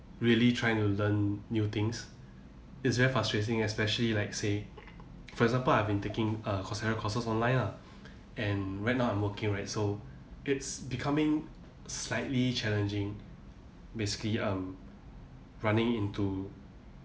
really trying to learn new things it's very frustrating especially like say for example I've been taking err coursera courses online lah and right now I'm working right so it's becoming slightly challenging basically um running into